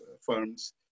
firms